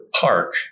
park